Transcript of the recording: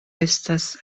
estas